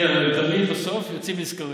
כן, אבל התלמידים בסוף יוצאים נשכרים,